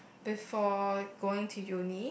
before going to uni